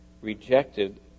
rejected